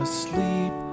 Asleep